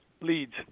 Leads